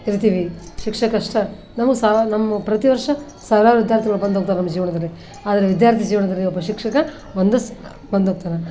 ಇರ್ತೀವಿ ಶಿಕ್ಷಕರಷ್ಟೇ ನಮ್ಗೆ ಸಾವಿರ ನಮ್ಮ ಪ್ರತಿವರ್ಷ ಸಾವಿರಾರು ವಿದ್ಯಾರ್ಥಿಗಳು ಬಂದೋಗ್ತಾರೆ ನಮ್ಮ ಜೀವನದಲ್ಲಿ ಆದರೆ ವಿದ್ಯಾರ್ಥಿ ಜೀವನದಲ್ಲಿ ಒಬ್ಬ ಶಿಕ್ಷಕ ಒಂದು ಸ್ ಬಂದು ಹೋಗ್ತಾರೆ